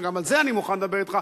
שגם על זה אני מוכן לדבר אתך,